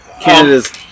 Canada's